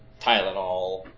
Tylenol